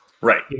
Right